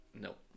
Nope